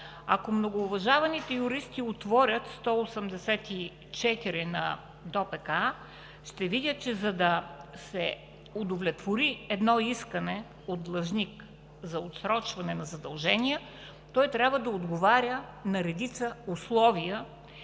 Ако многоуважаваните юристи отворят чл. 184 на ДОПК, ще видят, че за да се удовлетвори едно искане от длъжник за отсрочване на задължения, той трябва да отговаря на редица условия.